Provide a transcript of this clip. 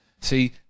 See